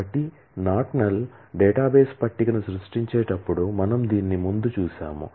కాబట్టి not null database table ను సృష్టించేటప్పుడు మనం దీన్ని ముందు చూశాము